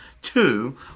Two